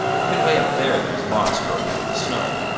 even way up there there is moss growing under the snow.